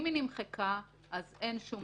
אם היא נמחקה, אין שום השפעה.